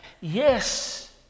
yes